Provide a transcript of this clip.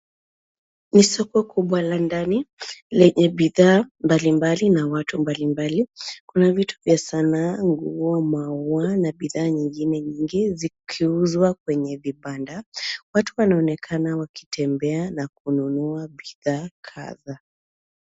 Ni soko kubwa la ndani lenye bidhaa mbalimbali na watu mbalimbali. Kuna vitu vya sanaa, nguo, maua, na bidhaa nyingine nyingi zikiuzwa kwenye vibanda. Watu wanaonekana wakitembea na kununua bidhaa kadhaa.